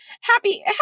happy